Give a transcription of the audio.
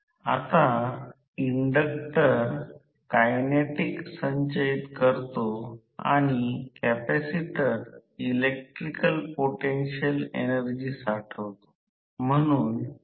तर आता डेल्टा ला जोडलेला स्टेटर आणि स्टार ला जोडलेला रोटर सह three phase slip ring induction motor ची सर्किट आकृती यामध्ये दर्शविलि आहे